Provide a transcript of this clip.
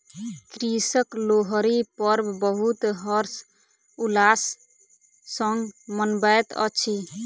कृषक लोहरी पर्व बहुत हर्ष उल्लास संग मनबैत अछि